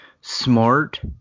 smart